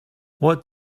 what